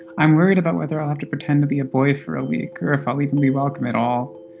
i'm worried about whether i'll have to pretend to be a boy for a week or if i'll even be welcomed at all.